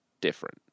different